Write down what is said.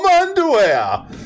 underwear